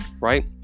right